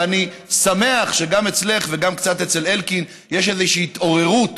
ואני שמח שגם אצלך וגם קצת אצל אלקין יש איזושהי התעוררות,